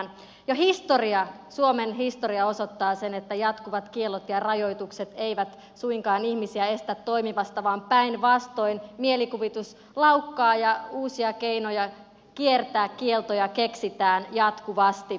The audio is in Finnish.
jo historia suomen historia osoittaa sen että jatkuvat kiellot ja rajoitukset eivät suinkaan ihmisiä estä toimimasta vaan päinvastoin mielikuvitus laukkaa ja uusia keinoja kiertää kieltoja keksitään jatkuvasti